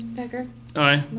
brenda aye.